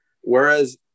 whereas